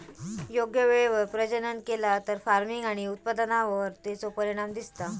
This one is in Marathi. योग्य वेळेवर प्रजनन केला तर फार्मिग आणि उत्पादनावर तेचो परिणाम दिसता